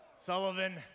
Sullivan